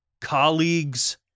colleagues